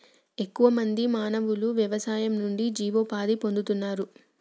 ఎక్కువ మంది మానవులు వ్యవసాయం నుండి జీవనోపాధి పొందుతున్నారు